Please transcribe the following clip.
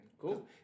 Cool